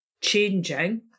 changing